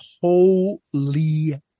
holy